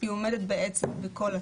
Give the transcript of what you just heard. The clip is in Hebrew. היא עומדת בעצם בכל התנאים,